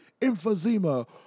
emphysema